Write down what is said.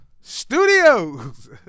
Studios